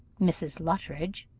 mrs. luttridge,